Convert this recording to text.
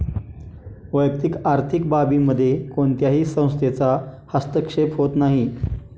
वैयक्तिक आर्थिक बाबींमध्ये कोणत्याही संस्थेचा हस्तक्षेप होत नाही